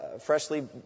freshly